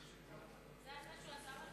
שלוש